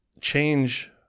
change